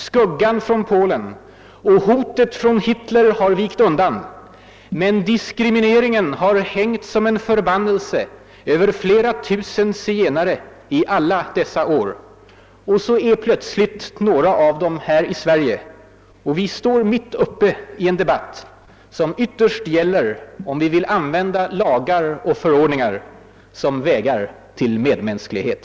Skuggan från Polen och hotet från Hitler har vikt undan, men diskrimineringen har hängt som en förbannelse över flera tusen zigenare i alla dessa år. Så är plötsligt några av dem här i Sverige, och vi står mitt uppe i en debatt, som ytterst gäller om vi vill använda lagar och förordningar som vägar till medmänsklighet.